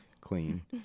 Clean